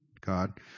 God